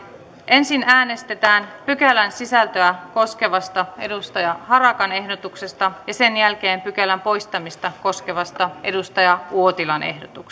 ensin äänestetään pykälän sisältöä koskevasta timo harakan ehdotuksesta ja sen jälkeen pykälän poistamista koskevasta kari uotilan